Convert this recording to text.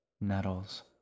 Nettles